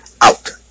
out